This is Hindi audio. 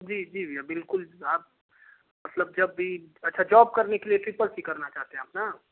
जी जी भैया बिल्कुल आप मतलब जब भी अच्छा जॉब करने के लिये ट्रिपल सी करना चाहते हैं आप ना